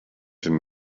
den